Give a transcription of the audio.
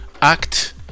act